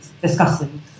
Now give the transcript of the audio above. discussing